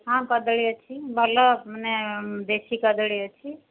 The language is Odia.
ହଁ କଦଳୀ ଅଛି ଭଲ ମାନେ ଦେଶୀ କଦଳୀ ଅଛି